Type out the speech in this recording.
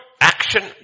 action